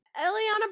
Eliana